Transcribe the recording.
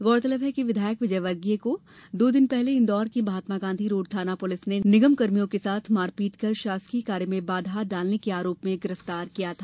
गौरतलब है कि विधायक श्री विजयवर्गीय को दो दिन पहले इंदौर की महात्मा गांधी रोड थाना पुलिस ने निगमकर्मियों के साथ मारपीट कर शासकीय कार्य में बाधा डालने के आरोप में गिरफ्तार किया था